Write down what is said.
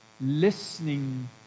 Listening